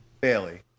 Bailey